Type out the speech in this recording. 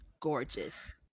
gorgeous